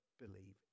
believe